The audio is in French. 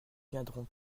viendront